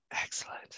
Excellent